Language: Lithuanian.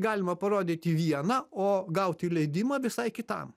galima parodyti vieną o gauti leidimą visai kitam